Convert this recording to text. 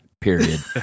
Period